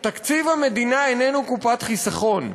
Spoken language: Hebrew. תקציב המדינה איננו קופת חיסכון.